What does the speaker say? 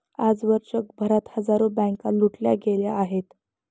आजवर जगभरात हजारो बँका लुटल्या गेल्या आहेत